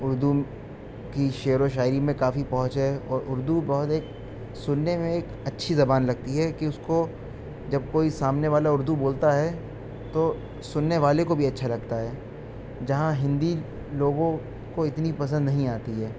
اردو کی شعر و شاعری میں کافی پہنچ ہے اور اردو بہت ایک سننے میں ایک اچھی زبان لگتی ہے کہ اس کو جب کوئی سامنے والا اردو بولتا ہے تو سننے والے کو بھی اچھا لگتا ہے جہاں ہندی لوگوں کو اتنی پسند نہیں آتی ہے